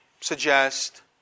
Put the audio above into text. suggest